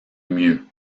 mieux